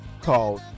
called